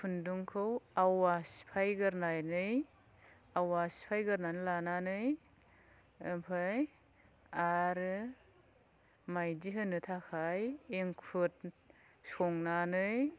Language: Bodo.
खुन्दुंखौ आवा सिफायगोरनानै आवा सिफायगोरनानै लानानै आमफ्राय आरो माइदि होनो थाखाय इंखुद संनानै